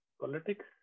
politics